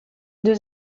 deux